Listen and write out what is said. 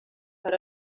per